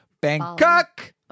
Bangkok